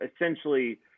essentially